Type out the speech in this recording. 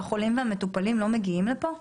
שהחולים והמטופלים לא מגיעים לפה?